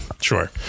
Sure